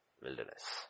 wilderness